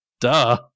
Duh